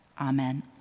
Amen